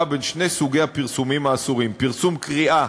בין שני סוגי הפרסומים האסורים: פרסום קריאה